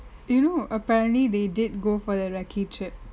you know apparently they did go for the recce trip